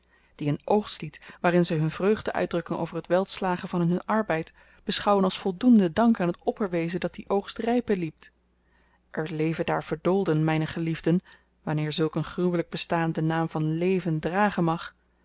die een oogstlied waarin ze hun vreugde uitdrukken over het welslagen van hunnen arbeid beschouwen als voldoenden dank aan het opperwezen dat dien oogst rypen liet er leven daar verdoolden myne geliefden wanneer zulk een gruwelyk bestaan den naam van leven dragen mag